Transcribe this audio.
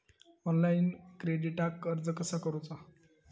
Online क्रेडिटाक अर्ज कसा करुचा?